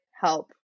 help